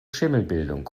schimmelbildung